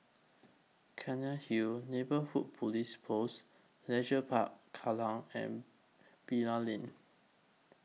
Cairnhill Neighbourhood Police Post Leisure Park Kallang and Bilal Lane